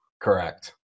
Correct